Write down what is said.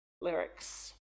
lyrics